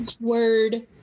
Word